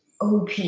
OP